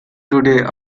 today